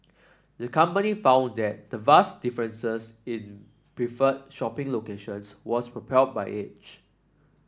the company found that the vast differences in preferred shopping locations was propelled by age